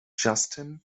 justin